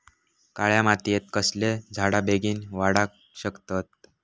काळ्या मातयेत कसले झाडा बेगीन वाडाक शकतत?